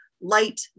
light